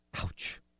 ouch